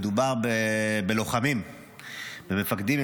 מדובר בלוחמים, במפקדים.